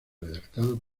redactado